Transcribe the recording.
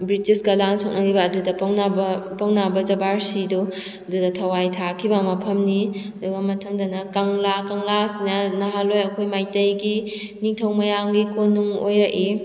ꯕ꯭ꯔꯤꯇꯤꯁꯀ ꯂꯥꯟ ꯁꯣꯛꯅꯈꯤꯕ ꯑꯗꯨꯗ ꯄꯥꯎꯅꯥ ꯄꯥꯎꯅ ꯕ꯭ꯔꯖꯕꯥꯁꯤꯗꯨ ꯑꯗꯨꯗ ꯊꯋꯥꯏ ꯊꯥꯈꯤꯕ ꯃꯐꯝꯅꯤ ꯑꯗꯨꯒ ꯃꯊꯪꯗꯅ ꯀꯪꯂꯥ ꯀꯪꯂꯥꯁꯤꯅ ꯅꯍꯥꯟꯋꯥꯏ ꯑꯩꯈꯣꯏ ꯃꯩꯇꯩꯒꯤ ꯅꯤꯡꯊꯧ ꯃꯌꯥꯝꯒꯤ ꯀꯣꯅꯨꯡ ꯑꯣꯏꯔꯛꯏ